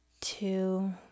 two